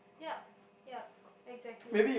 yup yup exactly